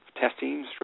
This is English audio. testing